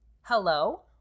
hello